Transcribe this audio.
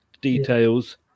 details